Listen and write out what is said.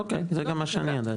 אוקי, זה גם מה שאני ידעתי,